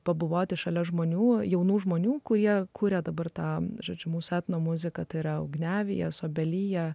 pabuvoti šalia žmonių jaunų žmonių kurie kuria dabar tą žodžiu mūsų etnomuzika tai yra ugniavietės obelyje